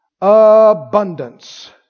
Abundance